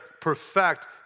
perfect